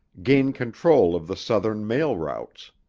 gain control of the southern mail routes.